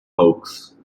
folks